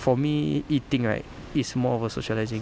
for me eating right is more of a socializing